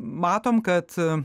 matom kad